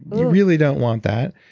you really don't want that.